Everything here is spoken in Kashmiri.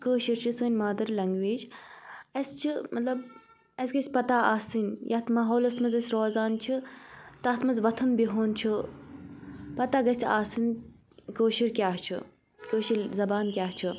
کٲشُر چھِ سٲنۍ مادَر لینٛگویج اَسہِ چھِ مطلب اَسہِ گژھِ پَتاہ آسٕنۍ یَتھ ماحولَس منٛز أسۍ روزان چھِ تَتھ منٛز وۅتھُن بِہُن چھُ پَتاہ گژھِ آسٕنۍ کٲشُر کیٛاہ چھُ کٲشِر زَبان کیٛاہ چھُ